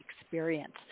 experience